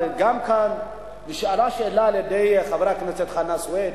וגם נשאלה שאלה כאן על-ידי חבר הכנסת חנא סוייד.